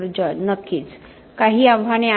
George नक्कीच नक्कीच काही आव्हाने आहेत